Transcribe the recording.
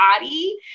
body